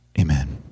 amen